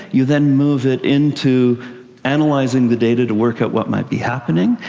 you then move it into and analysing the data to work out what might be happening.